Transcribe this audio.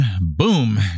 boom